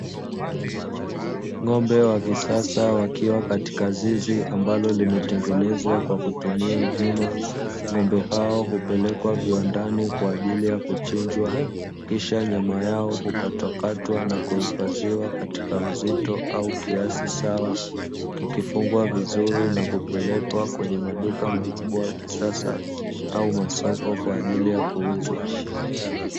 Ng'ombe wa kisasa wakiwa katika zizi ambalo limetengenezwa kwa kutumia vyuma. Ng'ombe hao hupelekwa viwandani kwa ajili ya kuchinjwa kisha nyama yao hukatwakatwa na kuhifadhiwa katika uzito au kiasi sawa, kikifungwa vizuri na kupelekwa katika maduka makubwa ya kisasa au masoko kwa ajili ya kuuzwa.